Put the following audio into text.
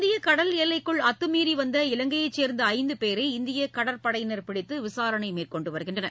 இந்திய கடல் எல்லைக்குள் அத்துமீறி வந்த இலங்கையைச் சேர்ந்த ஐந்து பேரை இந்திய கடற்படையினர் பிடித்து விசாரணை மேற்கொண்டு வருகின்றனர்